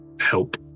help